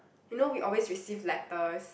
you know we always receive letters